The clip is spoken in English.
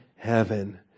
heaven